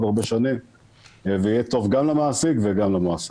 הרבה שנים ויהיה טוב גם למעסיק וגם למועסק.